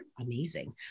Amazing